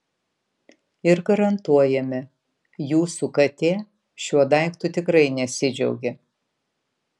ir garantuojame jūsų katė šiuo daiktu tikrai nesidžiaugė